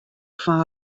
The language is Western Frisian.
fan